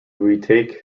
retake